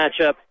matchup